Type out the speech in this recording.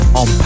on